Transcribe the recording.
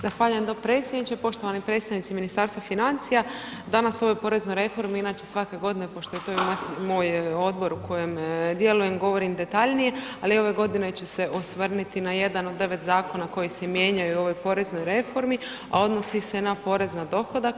Zahvaljujem dopredsjedniče, poštovani predstavnici ministarstva financija, danas o ovoj poreznoj reformi, inače svake godine pošto je to moj odbor u kojem djelujem govorim detaljnije, ali ove godine ću se osvrniti na jedan od 9 zakona koji se mijenjaju u ovoj poreznoj reformi, a odnosi se na porez na dohodak.